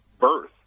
birth